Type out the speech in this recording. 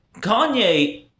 Kanye